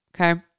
okay